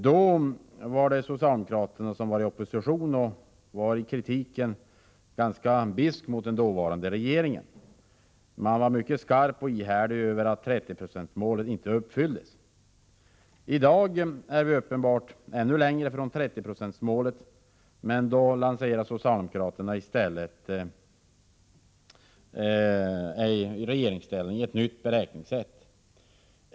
Då var socialdemokraterna i opposition, och deras kritik mot den dåvarande regeringen var skarp och ihärdig. Man var mycket bitsk över att 30-procentsmålet inte uppfylldes. I dag är vi uppenbarligen ännu längre från 30-procentsmålet, men nu lanserar socialdemokraterna i regeringsställning ett nytt beräkningssätt.